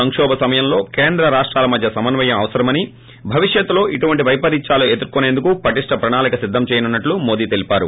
సంకోభం సమయంలో కేంద్ర రాష్టాల మధ్య ్ సమన్నయం అవసరమని భవిష్యత్తులో ఇటువంటి వైపరీత్యాలను ఏదుర్కోసేందుకు పటిష్ణ ప్రణాళిక సిద్దం చేయనున్నట్లు మోడి తెలిపారు